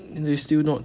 then they still not